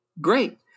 great